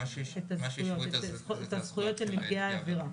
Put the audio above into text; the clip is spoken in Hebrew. מה שהשוו זה את הזכויות של נפגעי העבירה.